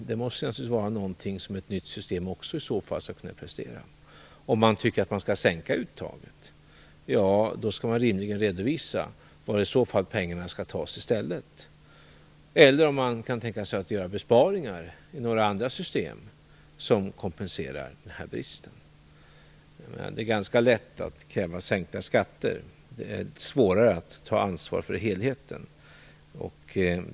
Det måste vara något som ett nytt system i så fall också skall kunna prestera. Om man tycker att man skall sänka uttaget skall man rimligen redovisa var pengarna i stället skall tas eller om man kan tänka sig att göra besparingar i några andra system som kompenserar den här bristen. Det är ganska lätt att kräva sänkta skatter. Det är svårare att ta ansvar för helheten.